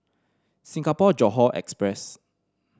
Singapore Johore Express